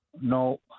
No